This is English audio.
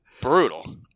brutal